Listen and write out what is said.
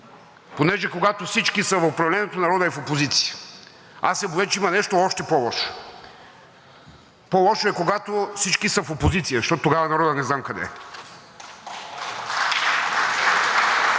понеже, когато всички са в управлението, народът е в опозиция. Аз се боя, че има нещо още по-лошо – по-лошо е, когато всички са в опозиция, защото тогава народът не знам къде е.